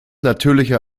natürlicher